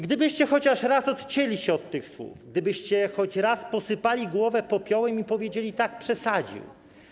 Gdybyście chociaż raz odcięli się od tych słów, gdybyście choć raz posypali głowę popiołem i powiedzieli: tak, przesadził.